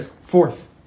Fourth